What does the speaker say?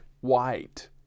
white